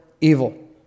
evil